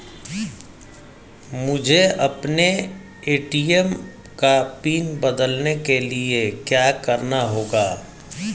मुझे अपने ए.टी.एम का पिन बदलने के लिए क्या करना होगा?